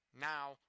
Now